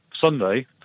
Sunday